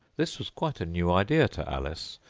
this was quite a new idea to alice,